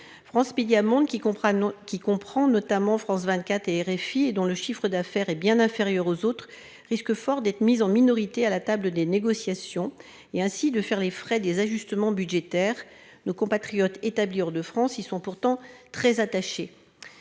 Monde qui comprennent qui comprend notamment, France 24 et RFI et dont le chiffre d'affaires est bien inférieur aux autres risque fort d'être mis en minorité à la table des négociations et ainsi de faire les frais des ajustements budgétaires nos compatriotes établis hors de France. Ils sont pourtant très attachés.